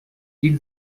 gli